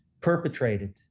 perpetrated